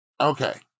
okay